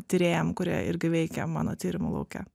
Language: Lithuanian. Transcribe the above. tyrėjam kurie irgi veikia mano tyrimų lauke